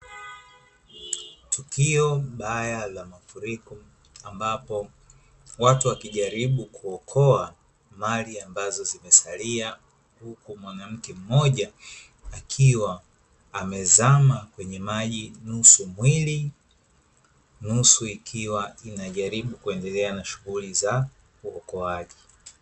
Tukio baya la mafuriko ambapo watu wakijaribu kuokoa mali ambazo zimesalia, huku mwanamke mmoja akiwa amezama kwenye maji nusu mwili, nusu ikiwa inajaribu kuendelea na shughuli za uokoaji.